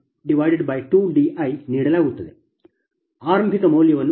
ಆರಂಭಿಕ ಮೌಲ್ಯವನ್ನು ಊಹಿಸಿ